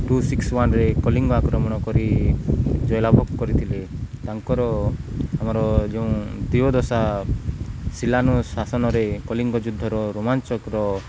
two six ୱାନ୍ରେ କଳିଙ୍ଗ ଆକ୍ରମଣ କରି ଜୟ ଲାଭ କରିଥିଲେ ତାଙ୍କର ଆମର ଯେଉଁ ଦେଓଦଶା ଶିଲାନୁ ଶାସନରେ କଳିଙ୍ଗ ଯୁଦ୍ଧର ରୋମାଞ୍ଚ କର